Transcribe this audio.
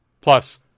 Plus